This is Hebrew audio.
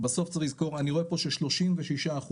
בסוף צריך לזכור אני רואה פה ש-36 אחוז